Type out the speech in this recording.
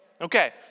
Okay